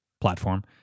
platform